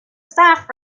staff